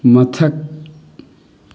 ꯃꯊꯛ